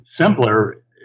simpler